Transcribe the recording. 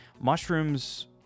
mushrooms